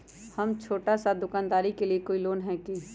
हम छोटा सा दुकानदारी के लिए कोई लोन है कि?